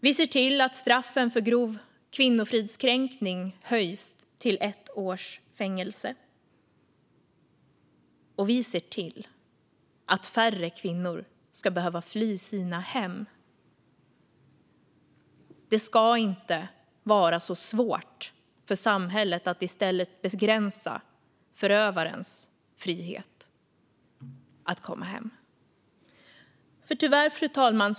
Vi ser till att straffet för grov kvinnofridskränkning höjs till ett års fängelse och att färre kvinnor ska behöva fly från sina hem. Det ska inte vara så svårt för samhället att i stället begränsa förövarens frihet och rätt att komma hem. Fru talman!